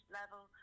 level